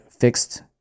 fixed